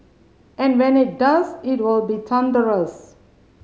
and when it does it will be thunderous